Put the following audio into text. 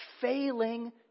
failing